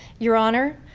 your honor,